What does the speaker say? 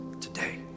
today